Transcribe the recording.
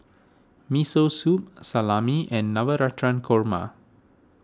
Miso Soup Salami and Navratan Korma